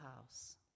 house